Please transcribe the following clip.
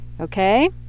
okay